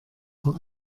vor